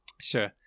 Sure